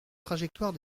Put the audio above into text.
trajectoire